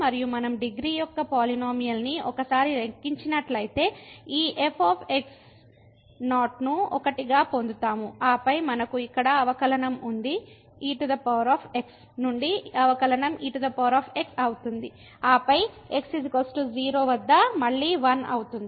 మరియు మనం డిగ్రీ యొక్క పాలినోమియల్ ని ఒకసారి లెక్కించినట్లయితే ఈ f ను 1 గా పొందుతాము ఆపై మనకు ఇక్కడ అవకలనం ఉంది ex నుండి అవకలనం ex అవుతుంది ఆపై x 0 వద్ద ఇది మళ్ళీ 1 అవుతుంది